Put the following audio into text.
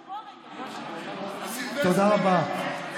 לסילבסטר, אין בעיה.